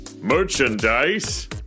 Merchandise